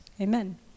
Amen